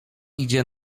idzie